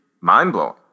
mind-blowing